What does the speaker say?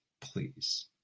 please